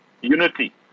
Unity